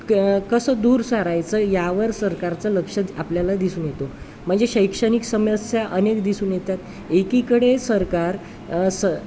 क कसं दूर सारायचं यावर सरकारचं लक्ष आपल्याला दिसून येतो म्हणजे शैक्षणिक समस्या अनेक दिसून येतात एकीकडे सरकार स